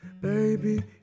baby